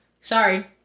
sorry